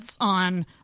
on